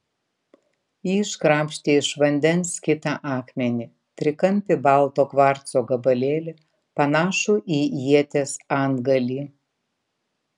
ji iškrapštė iš vandens kitą akmenį trikampį balto kvarco gabalėlį panašų į ieties antgalį